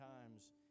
times